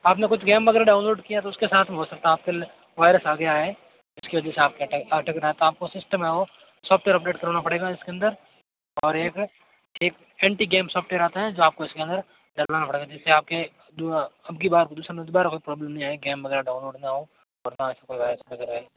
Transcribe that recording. आपने कुछ गेम वगैरह डाउनलोड किया तो उसके साथ में हो सकता है आपके वायरस आ गया है इसकी वजह से आपके अटक अटक रहा तो आपको सिस्टम है वह सॉफ्टवेयर अपडेट करवाना पड़ेगा इसके अंदर और एक एक ऐन्टी गेम सॉफ्टवेयर आता है जो आपको इसके अंदर डालना पड़ेगा जिससे आपके दुअ अबकी बार दूसरा दुबारा कोई प्रॉब्लम नहीं आए गेम वगैरह डाउनलोड न हो और न ही कोई वायरस अंदर आए